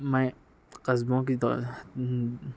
میں قصبوں کی تو